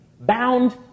bound